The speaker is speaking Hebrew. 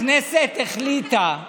הכנסת החליטה,